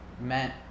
meant